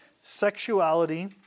sexuality